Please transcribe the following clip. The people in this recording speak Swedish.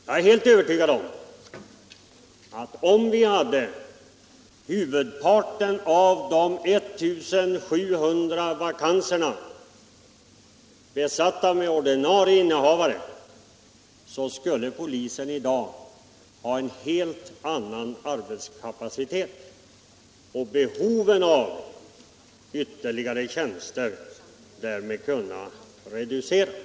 Jag är helt övertygad om att om vi hade huvudparten av de 1 700 vakanserna besatta med ordinarie innehavare, skulle polisen i dag ha en helt annan arbetskapacitet och att antalet ytterligare tjänster därmed kunnat reduceras.